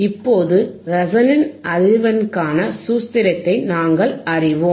இப்போது ரெசோனன்ட் அதிர்வெண்ணிற்கான சூத்திரத்தை நாங்கள் அறிவோம்